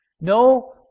No